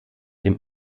dem